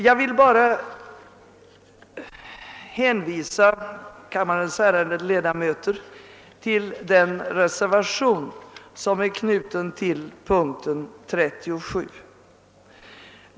Jag vill bara hänvisa kammarens ärade ledamöter till den reservation som är fogad till punkt 37.